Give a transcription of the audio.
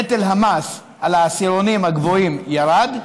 נטל המס על העשירונים הגבוהים ירד,